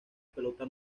pelota